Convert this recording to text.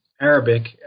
Arabic